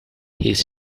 his